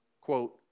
quote